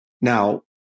Now